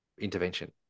intervention